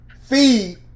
feed